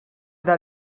that